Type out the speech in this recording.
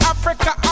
Africa